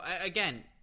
again